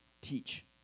teach